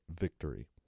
victory